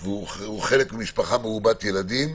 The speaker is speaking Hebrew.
והוא חלק ממשפחה מרובת ילדים.